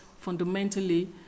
fundamentally